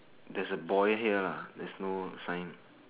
there's a boy here lah there's no sign